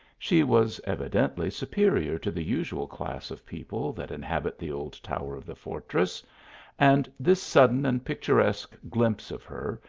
she was evidently superior to the usual class of people that inhabit the old towers of the fortress and this sudden and picturesque glimpse of her,